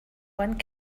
one